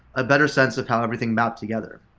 a better sense of how everything mapped together.